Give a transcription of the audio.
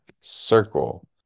Circle